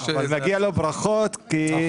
אז מגיע לו ברכות, כי הוא הצליח.